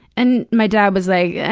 and my dad was like, yeah